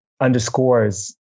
underscores